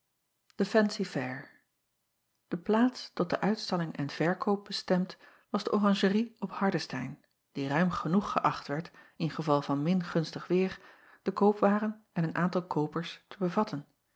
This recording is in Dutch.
e ancy fair e plaats tot de uitstalling en verkoop bestemd was de oranjerie op ardestein die ruim genoeg geächt werd in geval van min gunstig weêr de koopwaren en een aantal koopers te bevatten